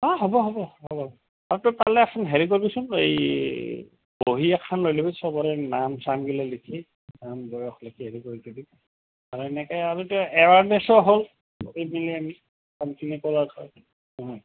অঁ হ'ব হ'ব হ'ব আৰু তই পালে এখন হেৰি কৰিবচোন এই বহী এখন লৈ ল'বি চবৰে নাম চামগিলা লিখি নাম বয়স লিখি হেৰি কৰি থৈ দিম আৰু এনেকে আৰু এতিয়া এৱাৰেনেছো হ'ল সেই বুলি আমি কামখিনি কৰা